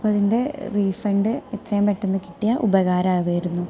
അപ്പോൾ ഇതിൻ്റെ റീഫണ്ട് എത്രയും പെട്ടന്ന് കിട്ടിയാൽ ഉപകാരാവുമായിരുന്നു